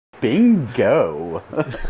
Bingo